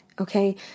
Okay